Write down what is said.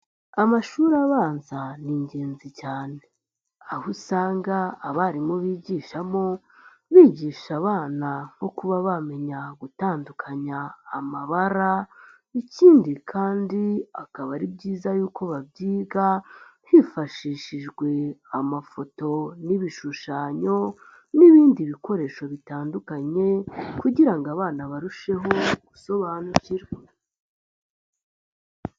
Amashuri abanza ni ingenzi cyane, aho usanga abarimu bigishamo, bigisha abana nko kuba bamenya gutandukanya amabara, ikindi kandi akaba ari byiza yuko babyiga, hifashishijwe amafoto n'ibishushanyo n'ibindi bikoresho bitandukanye kugira ngo abana barusheho gusobanukirwa.